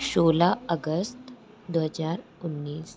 सोलह अगस्त दो हज़ार उन्नीस